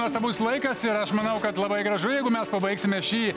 nuostabus laikas ir aš manau kad labai gražu jeigu mes pabaigsime šį